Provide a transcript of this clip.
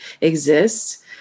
exists